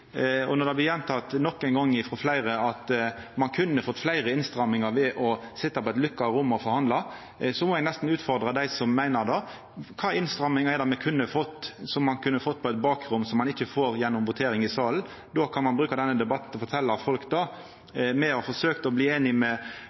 og når det blir gjenteke nok ein gong frå fleire at man kunne fått fleire innstrammingar ved å sitja i eit lukka rom og forhandla, må eg nesten utfordra dei som meiner det. Kva for innstrammingar er det ein kunne ha fått på eit bakrom, som ein ikkje får gjennom votering i salen? Då kan ein bruka denne debatten til å fortelja folk det. Me har forsøkt å bli einige med